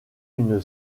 une